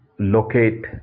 locate